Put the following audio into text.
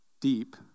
deep